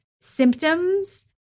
symptoms